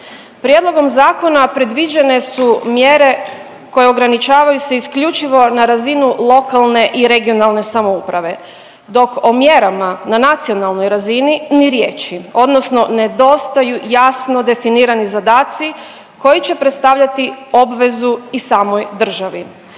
Prijedlogom zakona predviđene su mjere koje ograničavaju se isključivo na razinu lokalne i regionalne samouprave dok o mjerama na nacionalnoj razini ni riječi odnosno nedostaju jasno definirani zadaci koji će predstavljati obvezu i samoj državi.